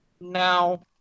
Now